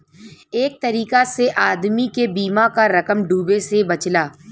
एक तरीका से आदमी के बीमा क रकम डूबे से बचला